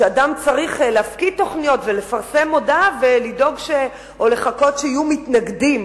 שאדם צריך להפקיד תוכניות ולפרסם מודעה או לחכות שיהיו מתנגדים.